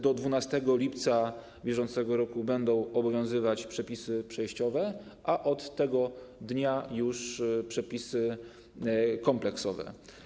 Do 12 lipca br. będą obowiązywać przepisy przejściowe, a od tego dnia już przepisy kompleksowe.